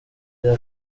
bya